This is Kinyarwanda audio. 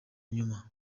nyuma